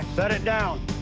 set it down.